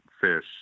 Fish